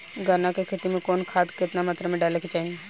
गन्ना के खेती में कवन खाद केतना मात्रा में डाले के चाही?